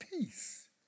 peace